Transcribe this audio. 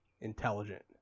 intelligent